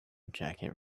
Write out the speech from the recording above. jacket